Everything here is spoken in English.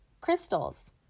Crystals